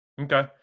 Okay